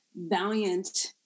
valiant